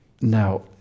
Now